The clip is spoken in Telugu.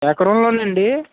ఎకరంలోనా అండి